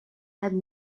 had